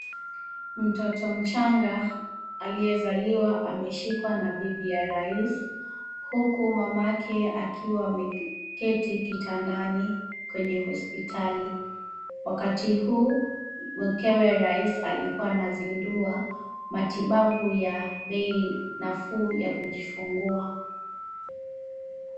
Mtoto mchanga aliyezaliwa ameshikwa na bibi ya rais, huku mamake akiwa ameketi kitandani kwenye hospitali. Wakati huu, mkewe rais alikuwa anazindua matibabu ya bei nafuu ya kujifungua.